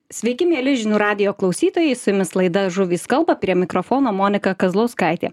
sveiki mieli žinių radijo klausytojai su jumis laida žuvys kalba prie mikrofono monika kazlauskaitė